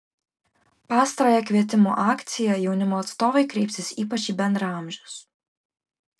pastarąja kvietimų akcija jaunimo atstovai kreipsis ypač į bendraamžius